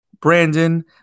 Brandon